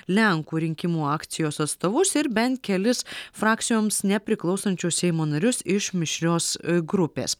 lenkų rinkimų akcijos atstovus ir bent kelis frakcijoms nepriklausančius seimo narius iš mišrios grupės